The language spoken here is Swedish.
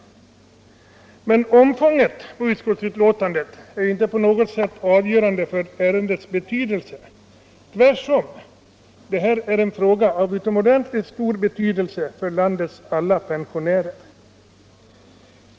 Men omfånget av utskottsbetänkandet är inte på något sätt avgörande för ärendets betydelse — tvärtom. Det gäller här en fråga av utomordentligt stor betydelse för landets alla pensionärer.